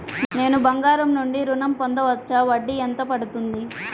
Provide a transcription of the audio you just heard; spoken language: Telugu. నేను బంగారం నుండి ఋణం పొందవచ్చా? వడ్డీ ఎంత పడుతుంది?